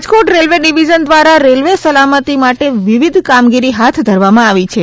Rajkot railway division દ્વારા railway સલામતિ માટે વિવિધ કામગીરી હાથ ધરવામાં આવી છે